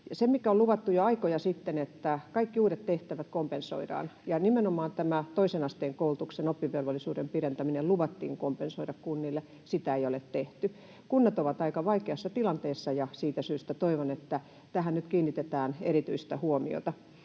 Sitä, mikä on luvattu jo aikoja sitten, että kaikki uudet tehtävät kompensoidaan, kun nimenomaan tämä toisen asteen koulutus ja oppivelvollisuuden pidentäminen luvattiin kompensoida kunnille, ei ole tehty. Kunnat ovat aika vaikeassa tilanteessa, ja siitä syystä toivon, että tähän nyt kiinnitetään erityistä huomiota.